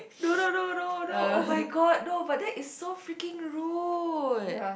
no no no no no oh-my-god no but that is so freaking rude